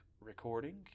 recording